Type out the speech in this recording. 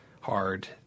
hard